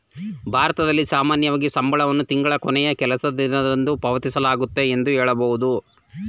ಭಾರತದಲ್ಲಿ ಸಾಮಾನ್ಯವಾಗಿ ಸಂಬಳವನ್ನು ತಿಂಗಳ ಕೊನೆಯ ಕೆಲಸದ ದಿನದಂದು ಪಾವತಿಸಲಾಗುತ್ತೆ ಎಂದು ಹೇಳಬಹುದು